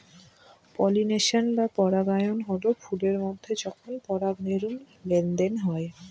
pollination বা পরাগায়ন হল ফুলের মধ্যে যখন পরাগরেনুর লেনদেন হয়